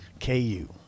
KU